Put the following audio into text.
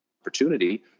opportunity